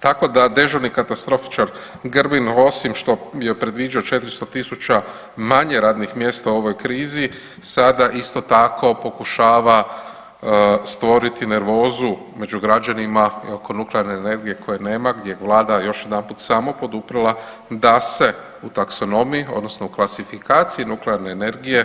Tako da dežurni katastrofičar Grbin osim što je predviđao 400.000 manje radnih mjesta u ovoj krizi, sada isto tako pokušava stvoriti nervozu među građanima i oko nuklearne energije koje nema gdje ih je Vlada još jedanput samo poduprla da se u taksonomiji odnosno u klasifikaciji nuklearne energije